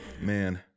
man